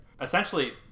essentially